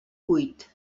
cuit